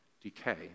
decay